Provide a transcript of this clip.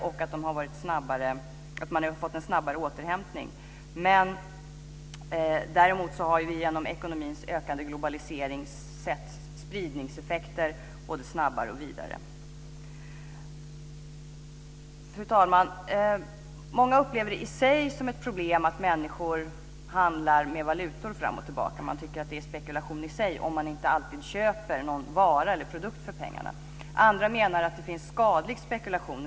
Dessutom har man snabbare fått en återhämtning. Däremot har vi genom ekonomins ökande globalisering sett spridningseffekter - både snabbare och vidare. Fru talman! Många upplever det som ett problem i sig att människor handlar med valutor fram och tillbaka. En del tycker att det är spekulation i sig om man inte alltid köper en vara, produkt, för pengarna. Andra menar att det finns skadlig spekulation.